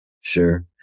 Sure